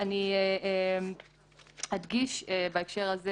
אני אדגיש בהקשר הזה